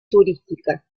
turística